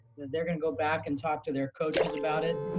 they're gonna go back and talk to their coaches about it.